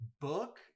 book